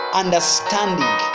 understanding